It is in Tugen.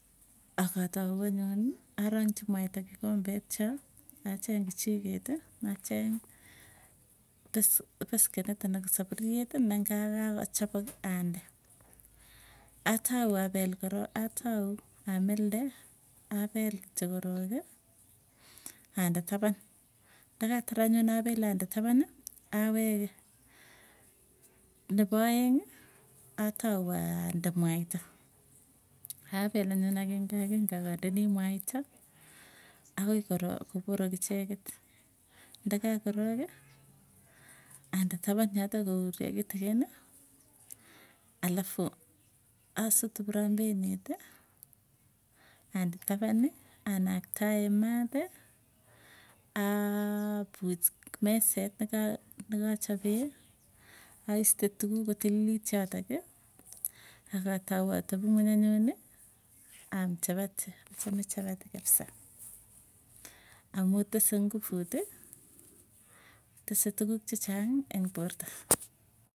Akatau anyuni arangchi mwaita kikombet choo, acheng kichiketi acheng peskenit ana ko sapurieti ne nga kakochopoki ande. Atau apel korok atau amilde apel kityo korooki, ande tapan nakatar anyone ande tapani awege, nepo aeng, atau ande mwaita apel anyun agenge angenge akandei mwaita. Akoi koporok icheket ndakakoroki, ande tapan yotok kouryo kitikini, alafu asutu prambeniti ande tapani, anaktae maat aapuch meset neka nekachape. Aiste tukuk kotililiy yotoki, akatau atepungweny anyuny, aam chapati, achame chapati kabsa. Amuu tese nguvuti tese tukuuk chechang'ii eng porta.